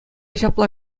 ҫапла